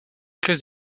classe